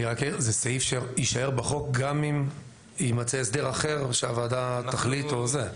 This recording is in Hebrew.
זה סעיף שיישאר בחוק גם אם יימצא הסדר אחר שהוועדה תחליט או משהו כזה?